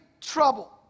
trouble